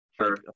Sure